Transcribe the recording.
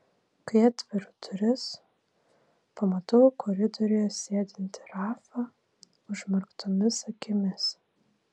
kai atveriu duris pamatau koridoriuje sėdintį rafą užmerktomis akimis